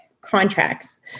contracts